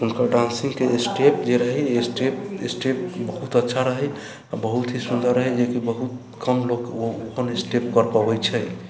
हुनकर डांसिङ्गके स्टेप जे रहै स्टेप बहुत अच्छा रहै बहुत ही सुन्दर रहै जेकि बहुत कम लोक ओ अपन स्टेप कर पबैत छै